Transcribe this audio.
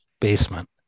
basement